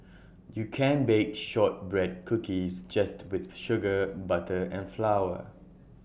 you can bake Shortbread Cookies just with sugar butter and flour